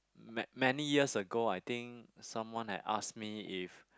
ma~ many years ago I think someone like ask me if